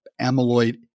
amyloid